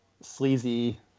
sleazy